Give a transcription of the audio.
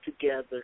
together